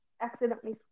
accidentally